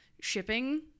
shipping